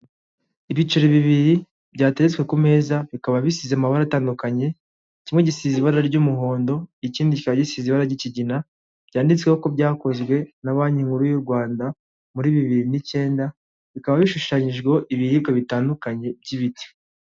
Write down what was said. Ibiceri bibiri byatetswe ku meza bikaba bisize amabara atandukanye, kimwe gisize ibara ry'umuhondo, ikindi kikaba gisize ibara ry'ikigina, byanditseho ko byakozwe na Banki nkuru y'u Rwanda muri bibiri n'icyenda, bikaba bishushanyijweho ibiribwa bitandukanye by'ibiti.